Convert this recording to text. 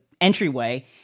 entryway